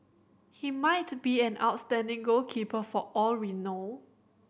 he might be an outstanding goalkeeper for all we know